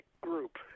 group